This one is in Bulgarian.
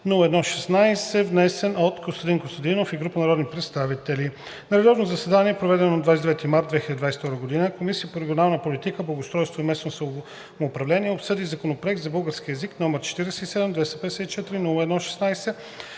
внесен от Костадин Костадинов и група народни представители На редовно заседание, проведено на 29 март 2022 г., Комисията по регионална политика, благоустройство и местно самоуправление обсъди Законопроект за българския език, № 47 254 01-16,